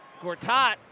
Gortat